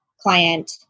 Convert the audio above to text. client